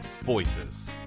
voices